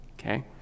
okay